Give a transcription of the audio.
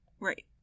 right